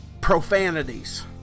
profanities